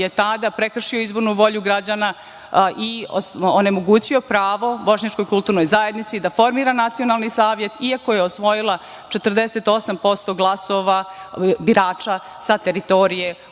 je tada prekršio izbornu volju građana i onemogućio pravo, bošnjačkoj kulturnoj zajednici da formira nacionalni savet iako je osvojila 48% glasova birača sa teritorije